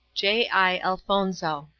j. i. elfonzo.